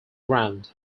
ground